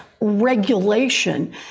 regulation